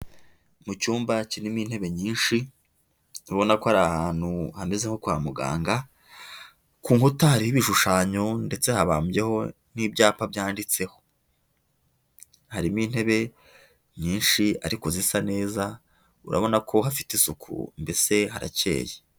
Mu cyumba kirimo intebe nyinshi ubona ko ari ahantu hameze nko kwa muganga, ku nkuta hariho ibishushanyo ndetse habambye n'ibyapa byanditseho. Harimo intebe nyinshi ariko zisa neza urabona ko hafite isuku mbese harakeye.